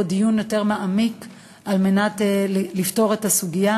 דיון יותר מעמיק על מנת לפתור את הסוגיה.